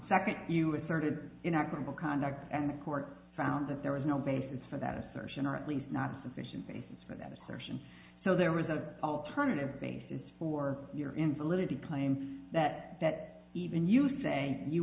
second you asserted inoperable conduct and the court found that there was no basis for that assertion or at least not sufficient basis for that assertion so there was a alternative basis for your invalidity claim that that even you saying you